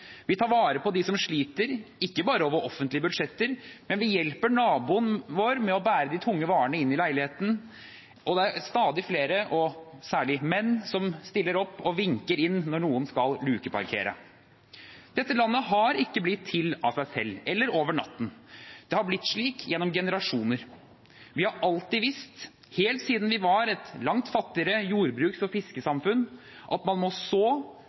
Vi tar vare på dem som sliter, ikke bare over offentlige budsjetter, men vi hjelper naboen vår med å bære de tunge varene inn i leiligheten, og det er stadig flere – og særlig menn – som stiller opp og vinker inn når noen skal lukeparkere. Dette landet har ikke blitt til av seg selv, eller blitt til over natten. Det har blitt slik gjennom generasjoner. Vi har alltid visst, helt siden vi var et langt fattigere jordbruks- og fiskesamfunn, at man må så